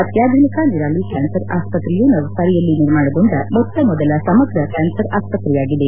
ಅತ್ಯಾಧುನಿಕ ನಿರಾಲಿ ಕ್ಲಾನ್ಸರ್ ಆಸ್ಪತ್ರೆಯು ನವ್ತಾರಿಯಲ್ಲಿ ನಿರ್ಮಾಣಗೊಂಡ ಮೊತ್ತ ಮೊದಲ ಸಮಗ್ರ ಕ್ಲಾನ್ಸರ್ ಆಸ್ಪತ್ರೆಯಾಗಿದೆ